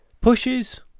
Pushes